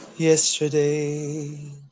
Yesterday